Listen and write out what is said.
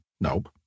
Nope